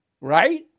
Right